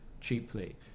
cheaply